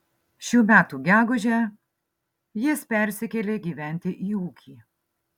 šių metų gegužę jis persikėlė gyventi į ūkį